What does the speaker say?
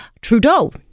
Trudeau